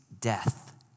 death